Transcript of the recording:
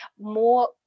more